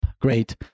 great